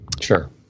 Sure